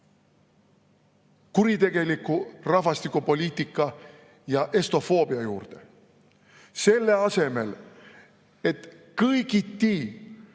kuritegeliku rahvastikupoliitika ja estofoobia juurde. Selle asemel, et kõigiti,